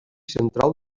central